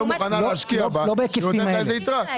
מוכנה להשקיע בה והיא נותנת לה יתרה.